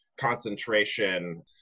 concentration